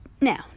now